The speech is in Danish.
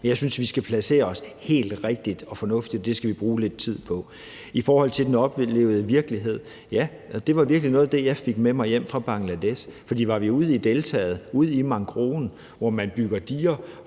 Men jeg synes, vi skal placere os helt rigtigt og fornuftigt, og det skal vi bruge lidt tid på. I forhold til den oplevede virkelighed vil jeg sige: Ja, det var virkelig noget af det, jeg fik med mig hjem fra Bangladesh. For var vi ude i deltaet, ude i mangroven, hvor man bygger diger